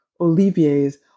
Olivier's